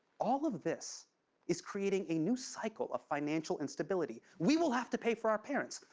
all of this is creating a new cycle of financial instability. we will have to pay for our parents,